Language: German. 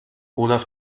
olaf